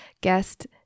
guest